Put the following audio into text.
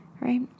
right